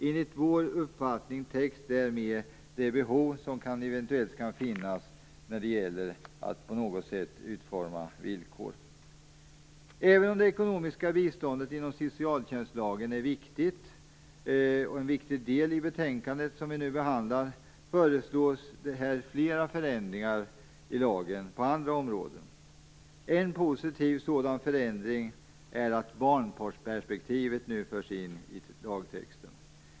Enligt vår uppfattning täcks därmed det behov som eventuellt kan finnas när det gäller att på något sätt utforma villkor. Även om det ekonomiska biståndet inom socialtjänstlagen är en viktig del i det betänkande vi nu behandlar föreslås där flera förändringar av lagen på andra områden. En positiv sådan förändring är att barnperspektivet nu förs in i lagtexten.